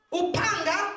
upanga